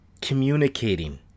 communicating